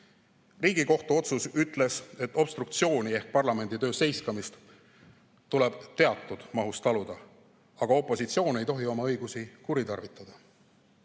Riigikohtu otsus ütles, et obstruktsiooni ehk parlamendi töö seiskamist tuleb teatud mahus taluda, aga opositsioon ei tohi oma õigusi kuritarvitada